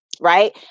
Right